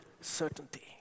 certainty